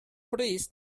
brys